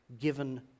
given